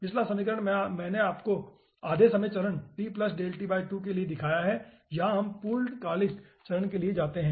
पिछला समीकरण मैंने आपको आधे समय के चरण के लिए दिखाया है यहां हम पूर्णकालिक चरण के लिए जाते हैं